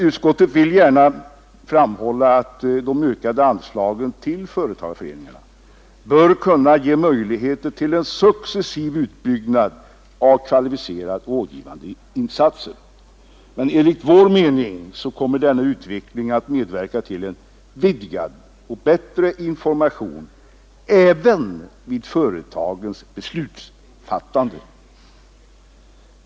Utskottet vill gärna framhålla att de ökade anslagen till förtagarföreningarna bör kunna ge möjligheter till en successiv utbyggnad av kvalificerade rådgivande insatser, men enligt vår mening kommer denna utveckling att medverka till en vidgad och bättre information även vid företagens beslutfattande.